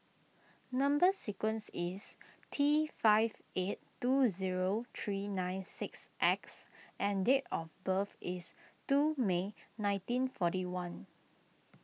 Number Sequence is T five eight two zero three nine six X and date of birth is two May nineteen forty one